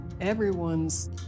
everyone's